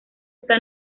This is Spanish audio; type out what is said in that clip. está